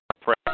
Press